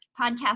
podcast